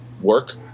work